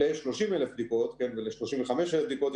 ל-30,000 בדיקות ול-35,000 בדיקות.